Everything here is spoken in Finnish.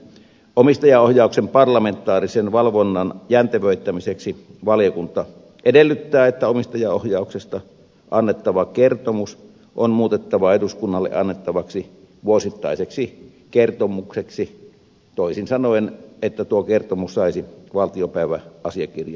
omistajaohjauksen parlamentaarisen valvonnan jäntevöittämiseksi tarkastusvaliokunta edellyttää että omistajaohjauksesta annettava kertomus on muutettava eduskunnalle annettavaksi vuosittaiseksi kertomukseksi toisin sanoen että tuo kertomus saisi valtiopäiväasiakirjan muodon